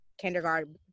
kindergarten